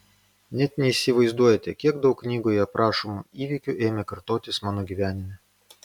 net neįsivaizduojate kiek daug knygoje aprašomų įvykių ėmė kartotis mano gyvenime